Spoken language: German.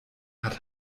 hat